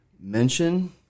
mention